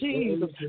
Jesus